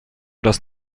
das